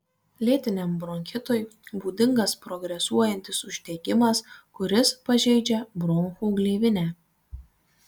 lėtiniam bronchitui būdingas progresuojantis uždegimas kuris pažeidžia bronchų gleivinę